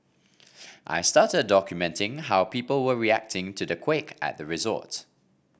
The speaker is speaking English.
I started documenting how people were reacting to the quake at the resort